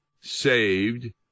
saved